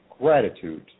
gratitude